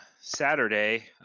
Saturday